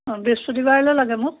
অঁ বৃহস্পতিবাৰলৈ লাগে মোক